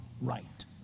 right